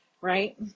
Right